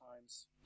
times